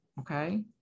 okay